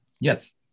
yes